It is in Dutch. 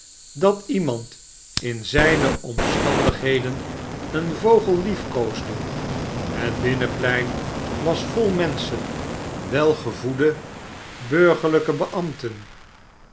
dat iemand in zijne omstandigheden een vogel liefkoosde het binnenplein was vol menschen welgevoede burgerlijke